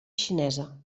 xinesa